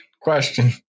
question